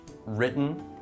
Written